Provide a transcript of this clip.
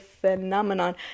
phenomenon